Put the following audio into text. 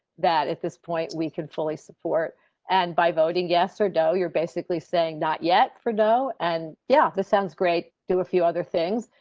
that at this point, we can fully support and by voting yes. or no, you're basically saying not yet for. no and yeah, that sounds great. do a few other things,